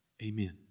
Amen